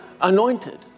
anointed